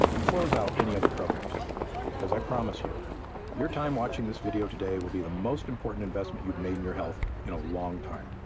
and close out any other programs because i promise you your time watching this video today will be the most important investment you've made in your health in a long time.